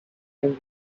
and